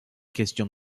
questions